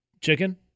chicken